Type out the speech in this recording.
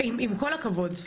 עם כל הכבוד,